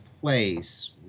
place